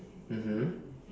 mmhmm